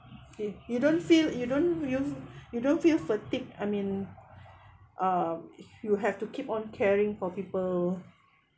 if you don't feel you don't use you don't feel fatigue I mean uh you have to keep on caring for people